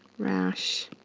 rash,